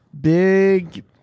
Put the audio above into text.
Big